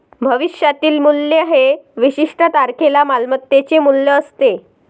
भविष्यातील मूल्य हे विशिष्ट तारखेला मालमत्तेचे मूल्य असते